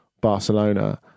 Barcelona